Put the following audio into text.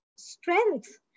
strength